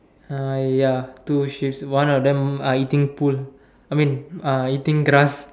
uh ya two sheeps one of them are eating புல்:pul I mean uh eating grass